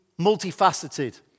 multifaceted